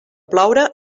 ploure